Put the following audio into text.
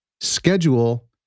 schedule